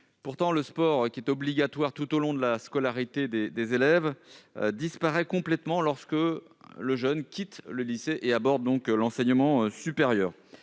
Pourtant, le sport, qui est obligatoire tout au long de la scolarité des élèves, disparaît complètement lorsque les jeunes quittent le lycée et entrent dans l'enseignement supérieur.